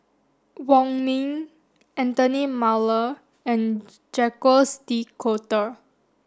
Wong Ming Anthony Miller and Jacques de Coutre